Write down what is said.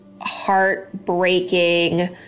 heartbreaking